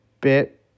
bit